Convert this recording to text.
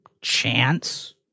chance